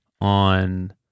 on